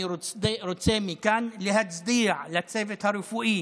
אני רוצה להצדיע מכאן לצוות הרפואי